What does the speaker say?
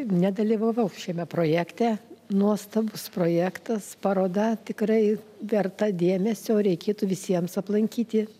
nedalyvavau šiame projekte nuostabus projektas paroda tikrai verta dėmesio reikėtų visiems aplankyti